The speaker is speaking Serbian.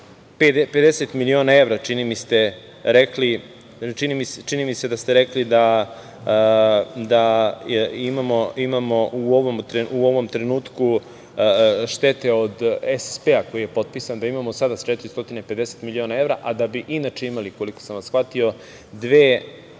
450 miliona evra da imamo u ovom trenutku štete od SSP koji je potpisan. Da imamo sada 450 miliona evra, a da bi inače imali, koliko sam vas shvatio, dve